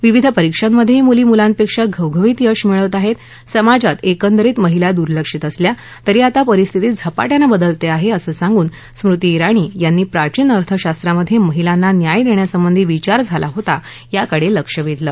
विविध परिक्षांमध्येही मुली मुलांपेक्षा घवघवीत यश मिळवत आहेत समाजात एकंदरित महिला दुर्लक्षित असल्या तरी आता परिस्थिती झपाट्यानं बदलते आहे असं सांगून स्मृती जिणी यांनी प्राचीन अर्थशास्त्रामधे महिलांना न्याय देण्यासंबंधी विचार झाला होता या कडे लक्ष वेधल